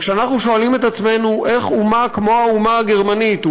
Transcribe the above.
וכשאנחנו שואלים את עצמנו: איך אומה כמו האומה הגרמנית,